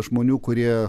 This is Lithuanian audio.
žmonių kurie